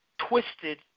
twisted